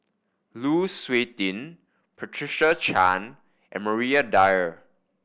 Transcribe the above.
Lu Suitin Patricia Chan and Maria Dyer